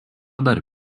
dar